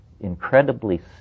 Incredibly